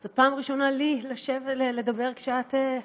זו פעם ראשונה לי לדבר כשאת יושבת.